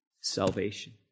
Salvation